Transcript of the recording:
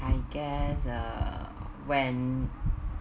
I guess uh when